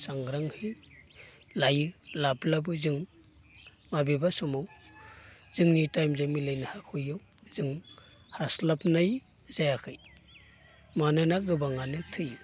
सांग्राङै लायो लाब्लाबो जों माबेबा समाव जोंनि टाइमजो मिलायनो हाख'यैयाव जों हास्लाबनाय जायाखै मानोना गोबाङानो थैयो